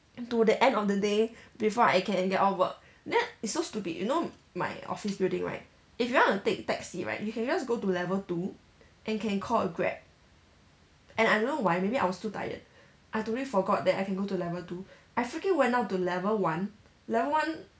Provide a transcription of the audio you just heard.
to the end of the day before I can get off work then it's so stupid you know my office building right if you want to take taxi right you can just go to level two and can call a grab and I don't know why maybe I was too tired I totally forgot that I can go to level two I freaking went down to level one level one